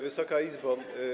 Wysoka Izbo!